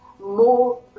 more